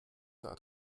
hat